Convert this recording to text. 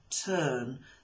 turn